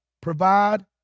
Provide